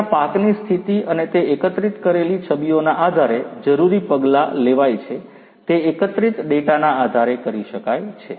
તેમના પાકની સ્થિતિ અને તે એકત્રિત કરેલી છબીઓના આધારે જરૂરી પગલાં લેવાય છે તે એકત્રિત ડેટાના આધારે કરી શકાય છે